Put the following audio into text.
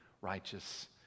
righteous